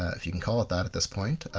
ah if you can call it that at this point,